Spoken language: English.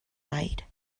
light